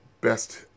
best